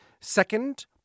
Second